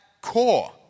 core